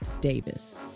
Davis